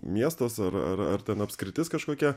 miestas ar ar ar ten apskritis kažkokia